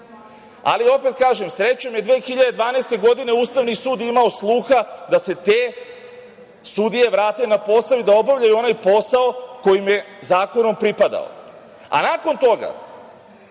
Opet kažem, srećom, 2012. godine je Ustavni sud imao sluha da se te sudije vrate na posao i da obavljaju onaj posao koji im je zakonom pripadao. Nakon toga